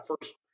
first